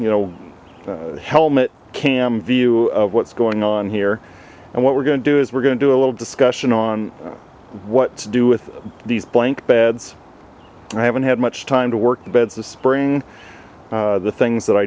you know helmet cam view of what's going on here and what we're going to do is we're going to do a little discussion on what to do with these blank beds i haven't had much time to work the beds this spring the things that i